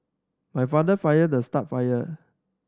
my father fired the star fire